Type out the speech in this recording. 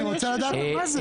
לא, אני רוצה לדעת על מה זה.